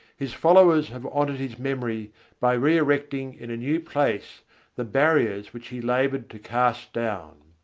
his followers have honoured his memory by re-erecting in a new place the barriers which he laboured to cast down.